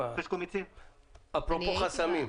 אפרופו חסמים.